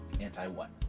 anti-what